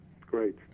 great